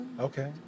Okay